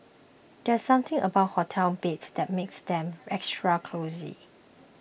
there's something about hotel beds that makes them extra cosy